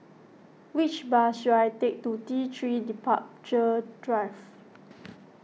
which bus should I take to T three Departure Drive